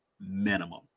minimum